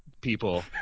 people